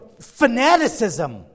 fanaticism